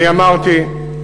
אני אמרתי,